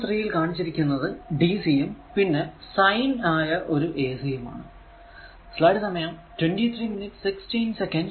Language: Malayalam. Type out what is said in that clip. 3 യിൽ കാണിച്ചിരിക്കുന്നത് dc യും പിന്നെ സൈൻ ആയ ac യും ആണ്